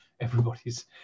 everybody's